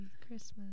Christmas